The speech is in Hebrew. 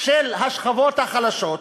של השכבות החלשות,